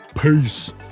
Peace